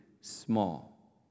small